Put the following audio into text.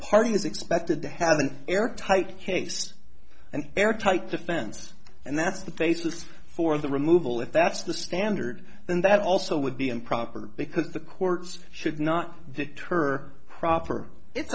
party is expected to have an airtight case and airtight defense and that's the basis for the removal if that's the standard then that also would be improper because the courts should not deter proper it's